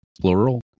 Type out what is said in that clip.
plural